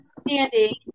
standing